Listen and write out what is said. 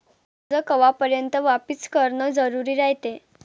कर्ज कवापर्यंत वापिस करन जरुरी रायते?